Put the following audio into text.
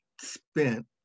spent